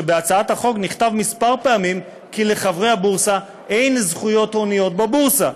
שבהצעת החוק נכתב כמה פעמים כי לחברי הבורסה אין זכויות הוניות בבורסה,